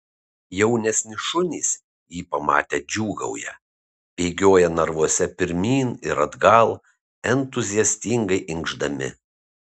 jaunesni šunys jį pamatę džiūgauja bėgioja narvuose pirmyn ir atgal entuziastingai inkšdami